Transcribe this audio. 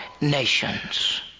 nations